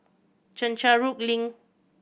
Chencharu Link